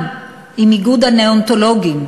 גם עם איגוד הנאונטולוגים,